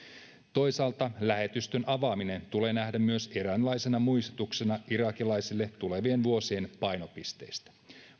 toisaalta lähetystön avaaminen tulee nähdä myös eräänlaisena muistutuksena irakilaisille tulevien vuosien painopisteistä